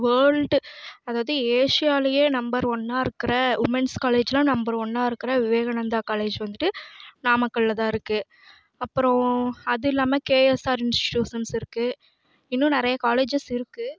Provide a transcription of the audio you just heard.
world அதாவது ஏஷியாலையே number ஒன்னாக இருக்கிற உமன்ஸ் காலேஜ் எல்லாம் நம்பர் ஒன்னாக இருக்கிற விவேகானந்தா காலேஜ் வந்துவிட்டு நாமக்கல்லில் தான் இருக்கு அப்புறோம் அது இல்லாம கேஎஸ்ஆர் இன்ஸ்டியூஷன்ஸ் இருக்கு இன்னும் நிறைய காலேஜஸ் இருக்கு